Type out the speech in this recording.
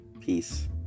Peace